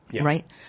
Right